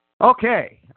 Okay